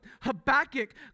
Habakkuk